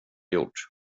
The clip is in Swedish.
gjort